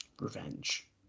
Revenge